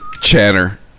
chatter